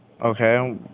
Okay